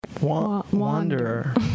wanderer